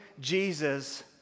Jesus